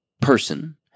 person